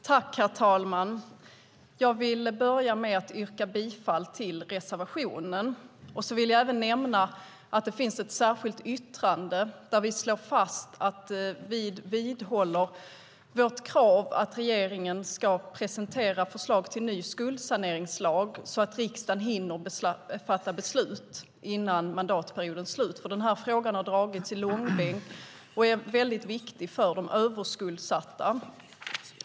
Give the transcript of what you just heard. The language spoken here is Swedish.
Herr ålderspresident! Jag vill börja med att yrka bifall till reservationen. Jag vill även nämna att det finns ett särskilt yttrande där vi slår fast att vi vidhåller vårt krav att regeringen ska presentera förslag till ny skuldsaneringslag, så att riksdagen hinner fatta beslut före mandatperiodens slut. Den här frågan har dragits i långbänk, och den är väldigt viktig för de överskuldsatta.